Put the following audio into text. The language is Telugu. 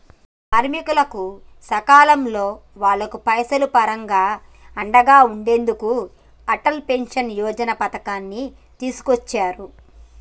కార్మికులకు సకాలంలో వాళ్లకు పైసలు పరంగా అండగా ఉండెందుకు అటల్ పెన్షన్ యోజన పథకాన్ని తీసుకొచ్చారు